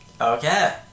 Okay